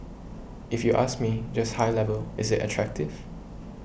if you ask me just high level is it attractive